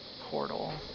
portal